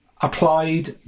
applied